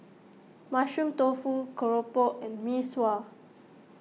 Mushroom Tofu Keropok and Mee Sua